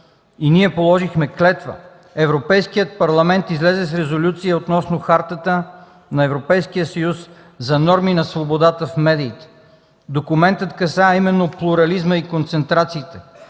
и ние положихме клетва, Европейският парламент излезе с резолюция относно Хартата на Европейския съюз за норми на свободата в медиите. Документът касае именно плурализма и концентрациите